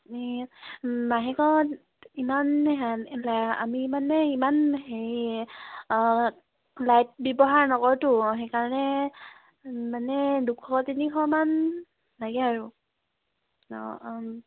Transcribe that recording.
আমি মাহেকত ইমানে আমি মানে ইমান হেৰি লাইট ব্যৱহাৰ নকৰোঁতো সেইকাৰণে মানে দুশ তিনিশমান লাগে আৰু অঁ অঁ